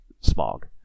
smog